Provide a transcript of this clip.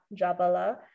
Jabala